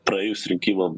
praėjus rinkimam